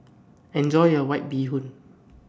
Enjoy your White Bee Hoon